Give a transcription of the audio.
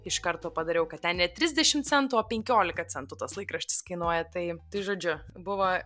iš karto padariau kad ten ne trisdešim centų o penkiolika centų tas laikraštis kainuoja tai tai žodžiu buvo